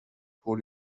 pour